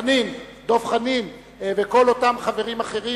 דב חנין וכל אותם חברים אחרים,